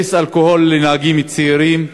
אפס אלכוהול לנהגים צעירים.